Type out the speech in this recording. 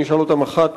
אני אשאל אותן אחת